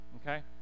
okay